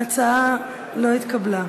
ההצעה לא התקבלה.